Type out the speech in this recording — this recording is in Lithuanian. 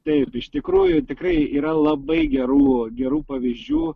taip iš tikrųjų tikrai yra labai gerų gerų pavyzdžių